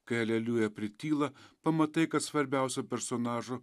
kai aleliuja prityla pamatai kad svarbiausio personažo